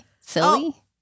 silly